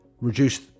reduce